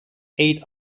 eight